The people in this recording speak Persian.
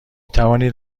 توانید